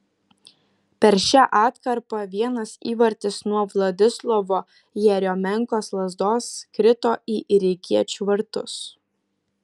per šią atkarpą vienas įvartis nuo vladislavo jeriomenkos lazdos krito ir į rygiečių vartus